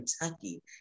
Kentucky